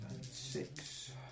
Six